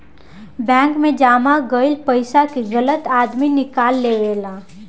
bank मे जमा कईल पइसा के गलत आदमी निकाल लेवेला